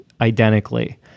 identically